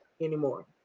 anymore